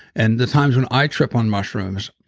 and the times when i trip on mushrooms,